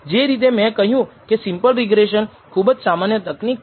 જે રીતે મેં કહ્યું કે સીંપલ રેખીય રિગ્રેસન ખુબ જ સામાન્ય તકનીક છે